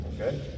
Okay